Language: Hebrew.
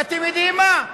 ואתם יודעים מה?